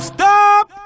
Stop